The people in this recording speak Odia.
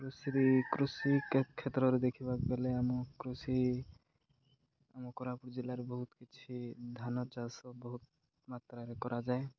କୃଷି କୃଷି କ୍ଷେତ୍ରରେ ଦେଖିବାକୁ ଗଲେ ଆମ କୃଷି ଆମ କୋରାପୁଟ ଜିଲ୍ଲାରେ ବହୁତ କିଛି ଧାନ ଚାଷ ବହୁତ ମାତ୍ରାରେ କରାଯାଏ